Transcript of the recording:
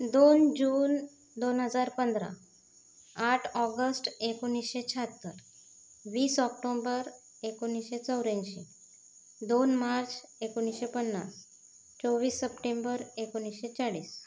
दोन जून दोन हजार पंधरा आठ ऑगस्ट एकोणीसशे शहात्तर वीस ऑक्टोंबर एकोणीसशे चौऱ्याऐंशी दोन मार्च एकोणीसशे पन्नास चोवीस सप्टेंबर एकोणीसशे चाळीस